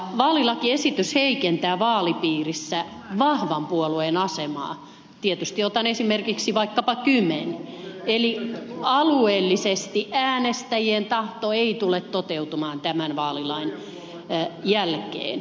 vaalilakiesitys heikentää vaalipiirissä vahvan puolueen asemaa tietysti otan esimerkiksi vaikkapa kymen eli alueellisesti äänestäjien tahto ei tule toteutumaan tämän vaalilain jälkeen